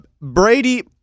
Brady